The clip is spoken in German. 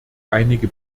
einige